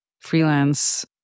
freelance